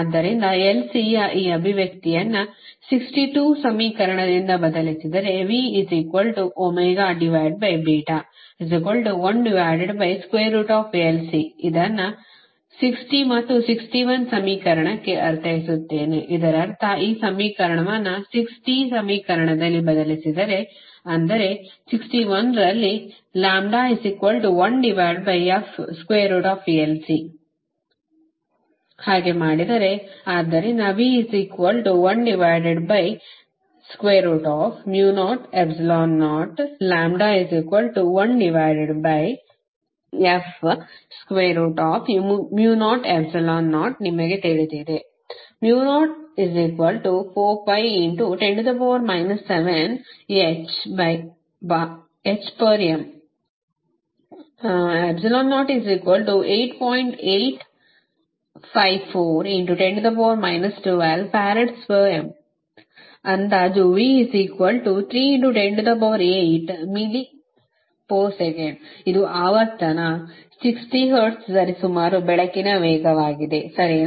ಆದ್ದರಿಂದ L C ಯ ಈ ಅಭಿವ್ಯಕ್ತಿಯನ್ನು 62 ಸಮೀಕರಣದಿಂದ ಬದಲಿಸಿದರೆ ಇದನ್ನು 60 ಮತ್ತು 61ಸಮೀಕರಣಕ್ಕೆ ಅರ್ಥೈಸುತ್ತೇನೆ ಇದರರ್ಥಈ ಸಮೀಕರಣವನ್ನು 60 ಸಮೀಕರಣದಲ್ಲಿ ಬದಲಿಸಿದರೆ ಅಂದರೆ 61 ರಲ್ಲಿ ಹಾಗೆ ಮಾಡಿದರೆ ಆದ್ದರಿಂದ ನಿಮಗೆ ತಿಳಿದಿದೆ ಅಂದಾಜು ಇದು ಆವರ್ತನ 60 ಹರ್ಟ್ಜ್ ಸರಿಸುಮಾರು ಬೆಳಕಿನ ವೇಗವಾಗಿದೆ ಸರಿನಾ